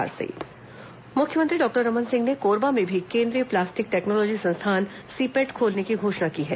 मुख्यमंत्री कोरबा मुख्यमंत्री डॉक्टर रमन सिंह ने कोरबा में भी केंद्रीय प्लास्टिक टेक्नोलॉजी संस्थान सीपेट खोलने की घोषणा की है